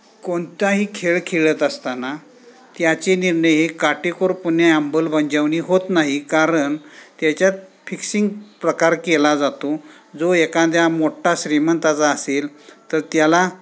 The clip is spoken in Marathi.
कोणत्याही खेळ खेळत असताना त्याचे निर्णय हे काटेकोरपणे अंमलबजावणी होत नाही कारण त्याच्यात फिक्सिंग प्रकार केला जातो जो एखाद्या मोठ्ठा श्रीमंताचा असेल तर त्याला